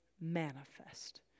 manifest